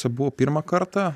buvo pirmą kartą